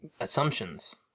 assumptions